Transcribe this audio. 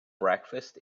breakfast